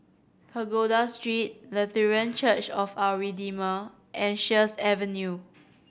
Pagoda Street Lutheran Church of Our Redeemer and Sheares Avenue